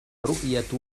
رؤية